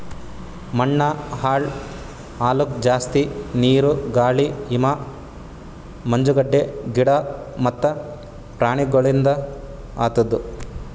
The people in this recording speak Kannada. ಮಣ್ಣ ಹಾಳ್ ಆಲುಕ್ ಜಾಸ್ತಿ ನೀರು, ಗಾಳಿ, ಹಿಮ, ಮಂಜುಗಡ್ಡೆ, ಗಿಡ ಮತ್ತ ಪ್ರಾಣಿಗೊಳಿಂದ್ ಆತುದ್